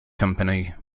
company